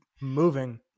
moving